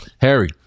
Harry